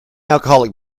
alcoholic